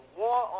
war